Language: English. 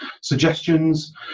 suggestions